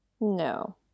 No